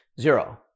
zero